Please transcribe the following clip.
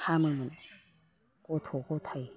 हामोमोन गथ' गथाइ